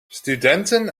studenten